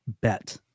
Bet